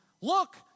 Look